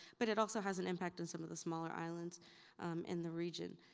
but it also has an impact on some of the smaller islands in the region.